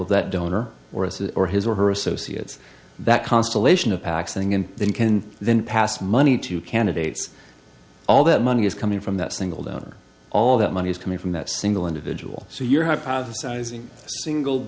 of that donor or us or his or her associates that constellation of pacs thing and then can then pass money to candidates all that money is coming from that single donor all that money is coming from that single individual so you're hypothesizing single